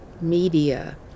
media